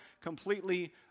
completely